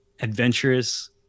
adventurous